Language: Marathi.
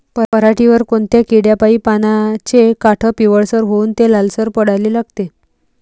पऱ्हाटीवर कोनत्या किड्यापाई पानाचे काठं पिवळसर होऊन ते लालसर पडाले लागते?